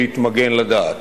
להתמגן לדעת,